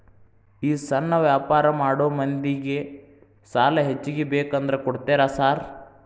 ಈ ಸಣ್ಣ ವ್ಯಾಪಾರ ಮಾಡೋ ಮಂದಿಗೆ ಸಾಲ ಹೆಚ್ಚಿಗಿ ಬೇಕಂದ್ರ ಕೊಡ್ತೇರಾ ಸಾರ್?